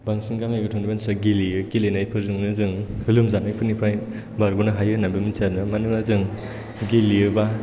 बांसिन गामि गोथौनि मानसिफोरा गेलेयो गेलेनायफोरजोंनो जों लोमजानायफोरनिफ्राय बारग'नो हायो होननानैबो मिन्थियो आरोना मानो होनोबा जों गेलेयोबा